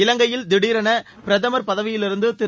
இலங்கையில் திடீரென பிரதமர் பதவியிலிருந்து திரு